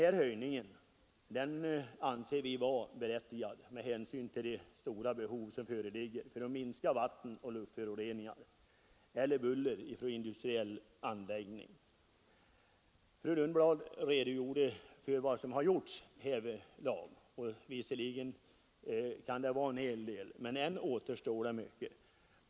Denna höjning anser jag vara berättigad med hänsyn till det stora behov som föreligger av att minska vattenoch luftföroreningar eller buller från industriell anläggning. Fru Lundblad redogjorde för vad som här gjorts. Visserligen är det en hel del, men än återstår mycket.